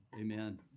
amen